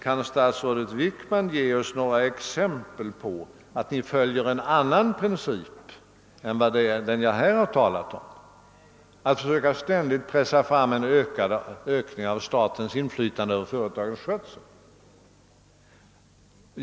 Kan statsrådet Wickman ge oss några exempel på att Ni följer en annan princip än den jag nu redovisat, d.v.s. att ständigt försöka pressa fram ett ökat statligt inflytande över företagens skötsel?